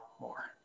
more